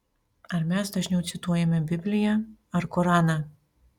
ar mes dažniau cituojame bibliją ar koraną